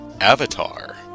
Avatar